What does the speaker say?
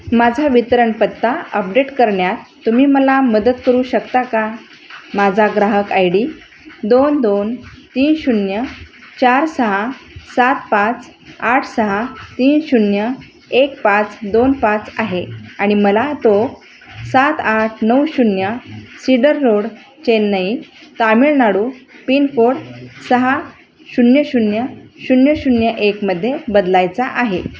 माझा वितरण पत्ता अपडेट करण्यात तुम्ही मला मदत करू शकता का माझा ग्राहक आय डी दोन दोन तीन शून्य चार सहा सात पाच आठ सहा तीन शून्य एक पाच दोन पाच आहे आणि मला तो सात आठ नऊ शून्य Cedar Road Chennai Tamil Nadu pincode सहा शून्य शून्य शून्य शून्य एकमध्ये बदलायचा आहे